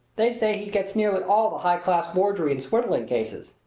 they say he gets nearly all the high-class forgery and swindling cases.